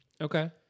Okay